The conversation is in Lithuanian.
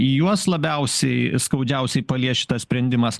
į juos labiausiai skaudžiausiai palies šitas sprendimas